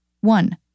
One